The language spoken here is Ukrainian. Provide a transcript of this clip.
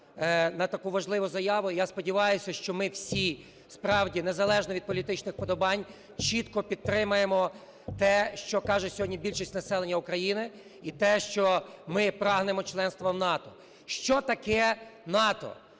на таку важливу заяву. І я сподіваюся, що ми всі справді, незалежно від політичних вподобань, чітко підтримаємо те, що каже сьогодні більшість населення України, і те, що ми прагнемо членства в НАТО. Що таке НАТО?